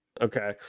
okay